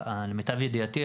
למיטב ידיעתי,